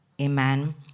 Amen